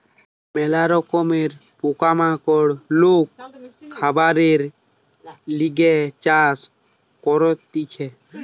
ম্যালা রকমের পোকা মাকড় লোক খাবারের লিগে চাষ করতিছে